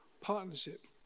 partnership